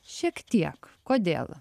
šiek tiek kodėl